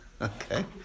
okay